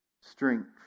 strength